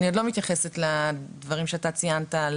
אני עוד לא מתייחסת על הדברים שאתה ציינת על